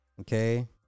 Okay